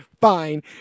fine